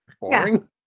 boring